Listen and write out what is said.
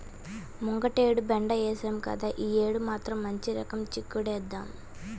ముంగటేడు బెండ ఏశాం గదా, యీ యేడు మాత్రం మంచి రకం చిక్కుడేద్దాం